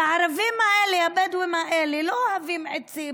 והערבים האלה, הבדואים האלה, לא אוהבים עצים,